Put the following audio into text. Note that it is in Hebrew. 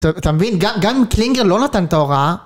אתה מבין? גם קלינגר לא נתן ת׳הוראה.